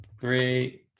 three